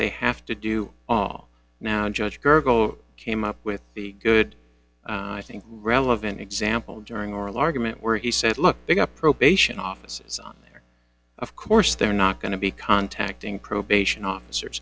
they have to do all now judge gurgel came up with the good i think relevant example during oral argument where he said look they got probation offices on there of course they're not going to be contacting probation officer